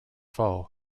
foe